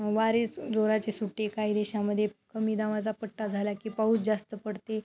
वारेस जोराची सुट्टी काही देशामध्ये कमी दाबाचा पट्टा झाला की पाऊस जास्त पडते